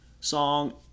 song